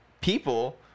people